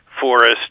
forest